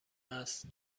است